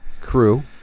crew